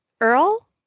Earl